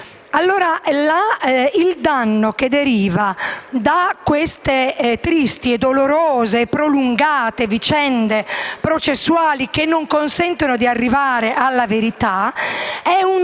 Il danno che deriva da queste tristi, dolorose e prolungate vicende processuali che non consentono di arrivare alla verità è alla